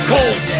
Cold